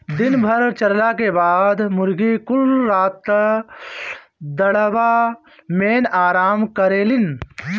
दिन भर चरला के बाद मुर्गी कुल रात क दड़बा मेन आराम करेलिन